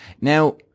now